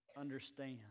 understand